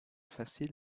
faciles